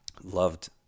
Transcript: Loved